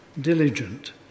diligent